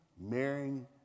marrying